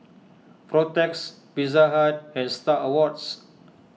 Protex Pizza Hut and Star Awards